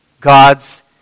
God's